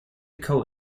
coat